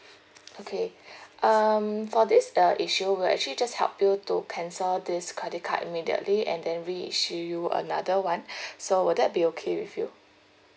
okay um for this uh issue we'll actually just help you to cancel this credit card immediately and then reissue you another one so will that be okay with you